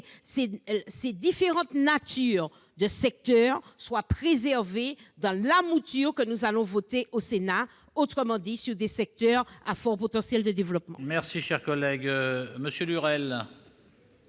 ces différentes natures de secteurs soient préservées dans la mouture que nous allons voter au Sénat, autrement dit des secteurs à fort potentiel de développement.